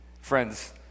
Friends